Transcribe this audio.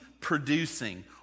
producing